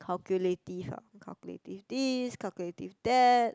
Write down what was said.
calculative ah calculative this calculative that